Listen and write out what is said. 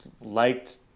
liked